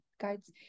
guides